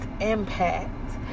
impact